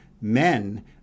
men